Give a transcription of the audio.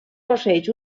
posseeix